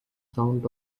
sound